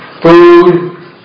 food